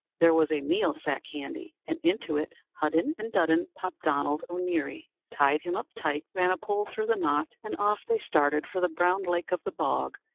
there was a meal-sack handy, and into it hudden and dudden popped donald o'neary, tied him up tight, ran a pole through the knot, and off they started for the brown lake of the bog,